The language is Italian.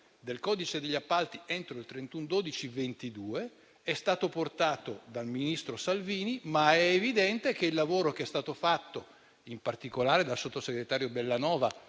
del codice degli appalti entro il 31 dicembre 2022, dunque è stato portato dal ministro Salvini, ma è evidente che il lavoro è stato fatto in particolare dal sottosegretario Bellanova,